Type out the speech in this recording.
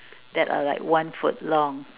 that are like one foot long